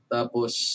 Tapos